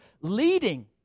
leading